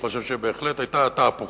אני חושב שבהחלט היתה תהפוכה,